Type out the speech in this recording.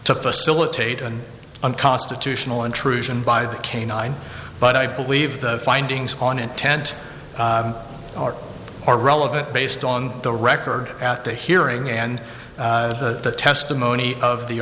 to facilitate an unconstitutional intrusion by the canine but i believe the findings on intent are more relevant based on the record at the hearing and the testimony